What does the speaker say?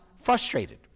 frustrated